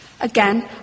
Again